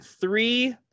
three